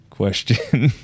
Question